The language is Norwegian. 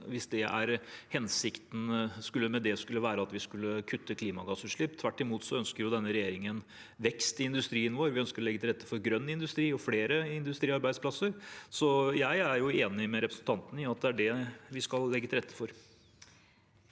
hensikten med det skulle være at vi skulle kutte klimagassutslipp. Tvert imot ønsker denne regjeringen vekst i industrien vår. Vi ønsker å legge til rette for grønn industri og flere industriarbeidsplasser. Så jeg er jo enig med representanten Eskeland i at det er det vi skal legge til rette for.